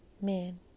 man